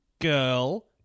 girl